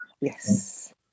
Yes